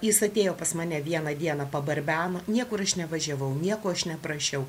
jis atėjo pas mane vieną dieną pabarbeno niekur aš nevažiavau nieko aš neprašiau